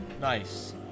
nice